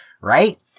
right